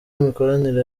imikoranire